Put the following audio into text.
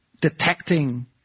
detecting